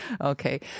Okay